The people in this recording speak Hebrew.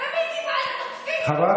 לא מספיק כל מה שאתם הורסים בחודש